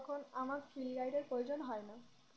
তখন আমার ফিল্ড গাইডের প্রয়োজন হয় না